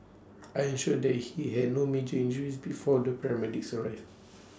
I ensured that he had no major injuries before the paramedics arrived